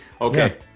Okay